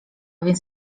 więc